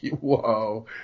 whoa